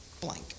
blank